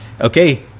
okay